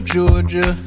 Georgia